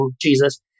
Jesus